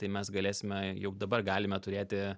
tai mes galėsime jau dabar galime turėti